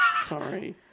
Sorry